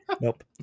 Nope